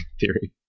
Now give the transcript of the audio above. Theory